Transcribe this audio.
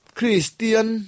Christian